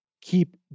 keep